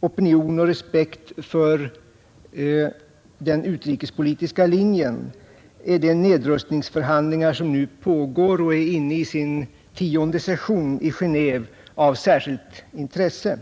opinion och respekt för den utrikespolitiska linjen är de nedrustningsförhandlingar som nu pågår i Genéve och är inne i sin tionde session av särskilt intresse.